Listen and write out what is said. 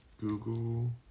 google